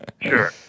Sure